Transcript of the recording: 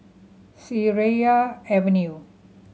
Seraya Avenue